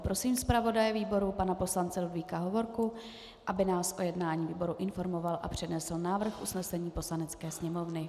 Prosím zpravodaje výboru pana poslance Ludvíka Hovorku, aby nás o jednání výboru informoval a přednesl návrh usnesení Poslanecké sněmovny.